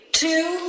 Two